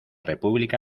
república